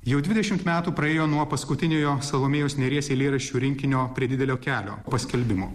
jau dvidešimt metų praėjo nuo paskutiniojo salomėjos nėries eilėraščių rinkinio prie didelio kelio paskelbimo